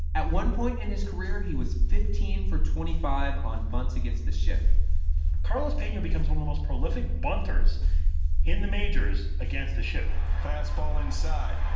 at one point in his career. he was fifteen for twenty five on bunts against the shift carlos pena becomes one of the most prolific bunters in the majors against the shift fastball inside.